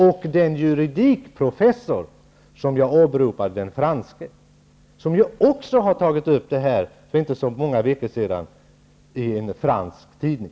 Den franske juridikprofessor som jag åberopade har också tagit upp detta för inte så många veckor sedan.